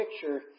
picture